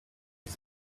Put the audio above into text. his